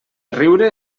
riure